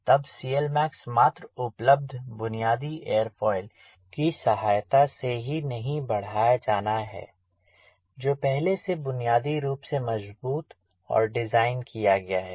तब CLmax मात्र उपलब्ध बुनियादी एरोफॉइल की सहायता से ही नहीं बढ़ाया जाना हैजो पहले से बुनियादी रूप से मौजूद और डिज़ाइन किया गया है